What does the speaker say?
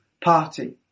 party